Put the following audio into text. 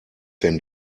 wenn